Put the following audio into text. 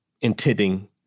intending